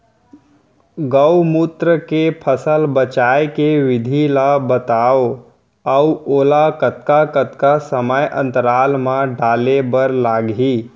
गौमूत्र ले फसल बचाए के विधि ला बतावव अऊ ओला कतका कतका समय अंतराल मा डाले बर लागही?